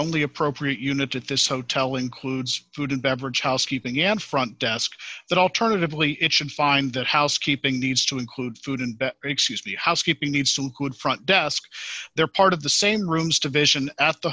only appropriate unit at this hotel includes food and beverage housekeeping and front desk that alternatively it should find that housekeeping needs to include food and excuse the housekeeping needs two good front desk they're part of the same rooms division at the